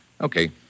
Okay